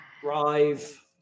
Drive